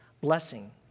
blessing